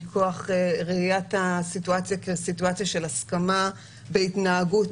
מכוח ראיית הסיטואציה כסיטואציה של הסכמה בהתנהגות